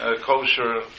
kosher